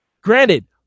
granted